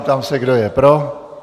Ptám se, kdo je pro.